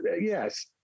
yes